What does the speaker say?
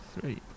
three